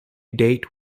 date